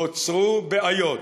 נוצרו בעיות.